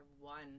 one